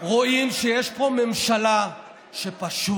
רואים שיש פה ממשלה שפשוט